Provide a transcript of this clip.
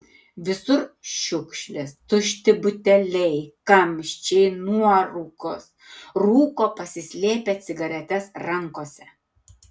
visur šiukšlės tušti buteliai kamščiai nuorūkos rūko pasislėpę cigaretes rankose